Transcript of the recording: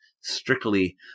strictly